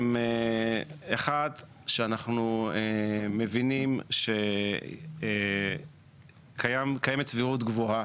דבר ראשון, שאנחנו מבינים שקיימת סבירות גבוהה